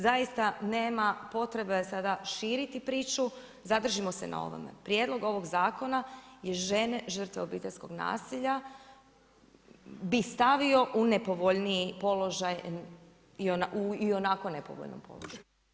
Zaista nema potrebe sada širiti priču, zadržimo se na ovome prijedlogu ovoga zakona i žene žrtve obiteljskog nasilja bi stavio u nepovoljniji položaj u ionako nepovoljnom položaju.